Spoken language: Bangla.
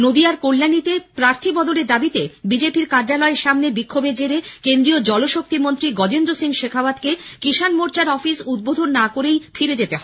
নদীয়ার কল্যাণীতে প্রার্থী বদলের দাবিতে বিজেপি কার্যালয়ের সামনে বিক্ষোভের জেরে কেন্দ্রীয় জলশক্তি মন্ত্রী গজেন্দ্র সিং শেখাওয়াতকে কিষাণ মোর্চার অফিস উদ্বোধন না করেই ফিরে যেতে হয়